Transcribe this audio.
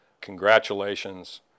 congratulations